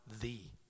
thee